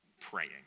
praying